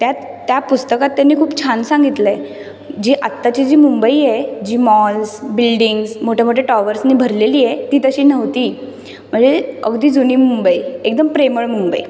त्यात त्या पुस्तकात त्यांनी खूप छान सांगितलं आहे जी आत्ताची जी मुंबई आहे जी मॉल्स बिल्डिंग्स मोठे मोठे टॉवर्सनी भरलेली आहे ती तशी नव्हती म्हणजे अगदी जुनी मुंबई एकदम प्रेमळ मुंबई